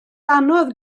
anodd